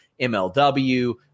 MLW